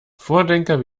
vordenker